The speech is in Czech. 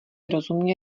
rozumně